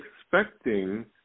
expecting